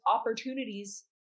opportunities